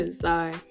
sorry